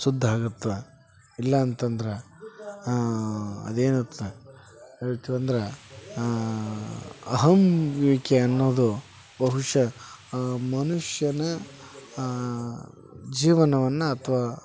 ಸುದ್ದ ಆಗತ್ತೆ ಇಲ್ಲ ಅಂತಂದ್ರೆ ಅದೇನು ಹೇಳ್ತಿವಂದ್ರೆ ಅಹಮ್ಮಿಕೆ ಅನ್ನೋದು ಬಹುಶಃ ಮನುಷ್ಯನ ಜೀವನವನ್ನು ಅಥವಾ